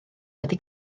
wedi